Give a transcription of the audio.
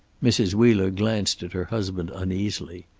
mrs. wheeler glanced at her husband uneasily.